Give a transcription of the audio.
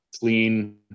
clean